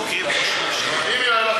להסביר,